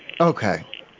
Okay